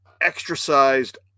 extra-sized